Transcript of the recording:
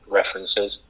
references